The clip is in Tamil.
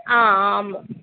ஆ ஆமாம்